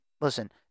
listen